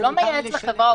הוא לא מייעץ לחברה.